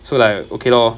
so like okay lor